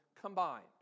combined